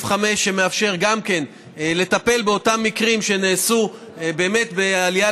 שמאפשר גם לטפל באותם מקרים שנעשו בעלייה